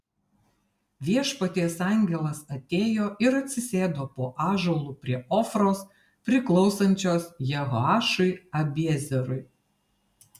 viešpaties angelas atėjo ir atsisėdo po ąžuolu prie ofros priklausančios jehoašui abiezerui